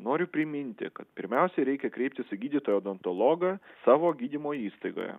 noriu priminti kad pirmiausiai reikia kreiptis į gydytoją odontologą savo gydymo įstaigoje